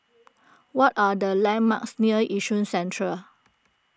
what are the landmarks near Yishun Central